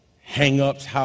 hang-ups